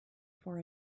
for